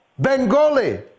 bengali